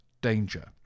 danger